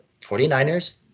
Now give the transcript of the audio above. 49ers